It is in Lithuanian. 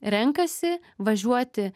renkasi važiuoti